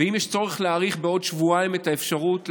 ואם יש צורך להאריך בעוד שבועיים את האפשרות,